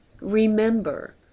Remember